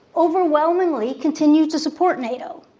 overwhelmingly continue to support nato.